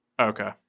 Okay